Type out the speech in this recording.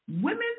women